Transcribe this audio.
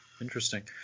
Interesting